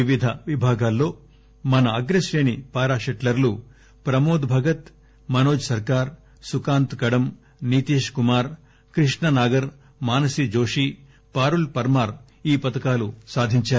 వివిధ విభాగాల్లో మన అగ్రశ్రేణి పారా పెట్లర్లు ప్రమోద్ భగత్ మనోజ్ సర్కార్ సుకాంత్ కడం నీతేష్ కుమార్ కృష్ణ నాగర్ మానసీ జోషి పారుల్ పర్మార్ ఈ పతకాలు సాధించారు